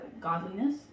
godliness